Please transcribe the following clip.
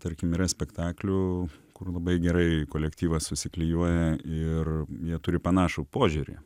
tarkim yra spektaklių kur labai gerai kolektyvas susiklijuoja ir jie turi panašų požiūrį